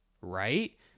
right